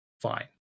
fine